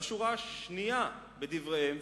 בשורה השנייה בדבריהם,